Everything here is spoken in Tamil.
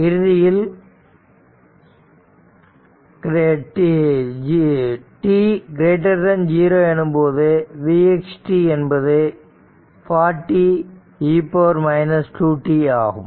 இறுதியில் t0 எனும்போது v x t என்பது 40 e 2 t ஆகும்